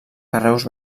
carreus